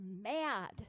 mad